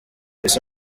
ese